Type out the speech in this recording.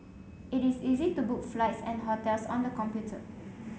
it is easy to book flights and hotels on the computer